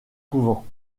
couvent